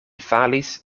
falis